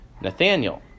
Nathaniel